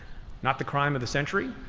not the crime of the century,